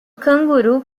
canguru